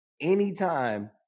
anytime